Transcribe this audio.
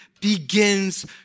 begins